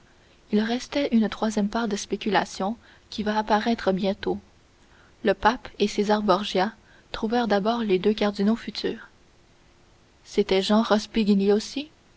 il restait une troisième part de spéculation qui va apparaître bientôt le pape et césar borgia trouvèrent d'abord les deux cardinaux futurs c'était jean rospigliosi